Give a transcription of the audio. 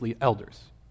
elders